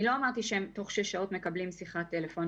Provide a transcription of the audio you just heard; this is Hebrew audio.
אני לא אמרתי שהם תוך שש שעות מקבלים שיחת טלפון.